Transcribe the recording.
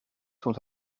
sont